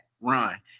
run